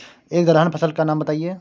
एक दलहन फसल का नाम बताइये